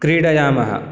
क्रीडयामः